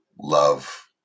love